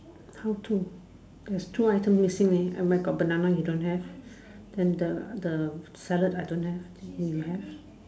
how to there's two item missing leh I might got banana you don't have then the the salad I don't have you have